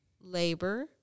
labor